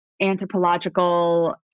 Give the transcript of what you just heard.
anthropological